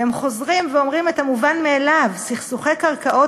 והם חוזרים ואומרים את המובן מאליו: "סכסוכי קרקעות